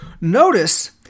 notice